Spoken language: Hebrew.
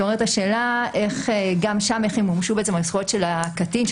מתעוררת השאלה גם שם איך הם --- על זכויות של הקטין,